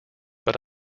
but